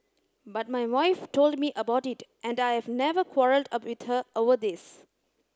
but my wife told me about it and I've never quarrelled with her over this